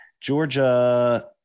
Georgia